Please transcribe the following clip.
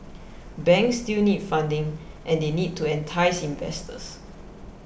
banks still need funding and they need to entice investors